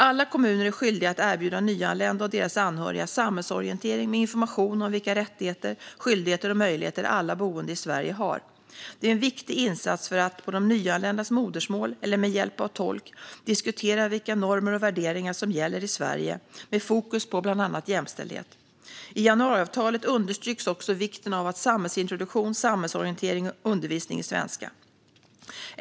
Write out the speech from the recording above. Alla kommuner är skyldiga att erbjuda nyanlända och deras anhöriga samhällsorientering med information om vilka rättigheter, skyldigheter och möjligheter alla boende i Sverige har. Det är en viktig insats för att, på de nyanländas modersmål eller med hjälp av tolk, diskutera vilka normer och värderingar som gäller i Sverige med fokus på bland annat jämställdhet. I januariavtalet understryks också vikten av samhällsintroduktion, samhällsorientering och undervisning i svenska.